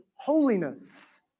holiness